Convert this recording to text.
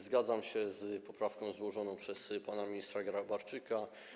Zgadzam się z poprawką złożoną przez pana ministra Grabarczyka.